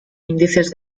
índices